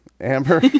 Amber